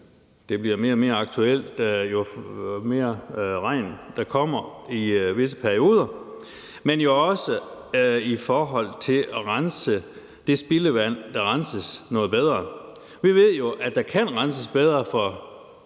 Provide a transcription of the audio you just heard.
det bliver mere og mere aktuelt, jo mere regn der kommer i visse perioder, men jo også i forhold til at rense det spildevand, der renses, noget bedre. Vi ved jo, at der kan renses bedre for